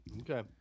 Okay